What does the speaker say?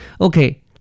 Okay